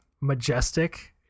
majestic